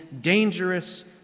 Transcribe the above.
dangerous